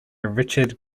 richard